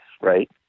right